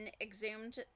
exhumed